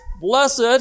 Blessed